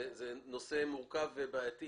זה נושא מורכב ובעייתי,